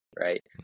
right